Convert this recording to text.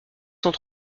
sans